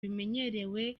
bimenyerewe